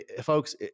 folks